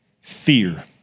Fear